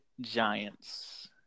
Giants